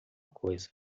coisa